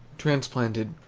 transplanted.